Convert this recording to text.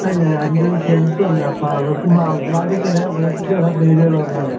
അല്ല രണ്ട് ഫ്രണ്ട്സൂണ്ട് അപ്പം അവർക്കും അവമ്മാരിങ്ങനെ ബോട്ടിൽ കയറാൻ പേടി ഉള്ളവന്മാരാണ്